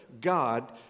God